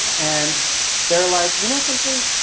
and they're like, you know something?